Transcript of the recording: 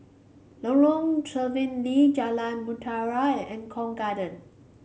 Lorong Stephen Lee Jalan Mutiara and Eng Kong Garden